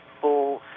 full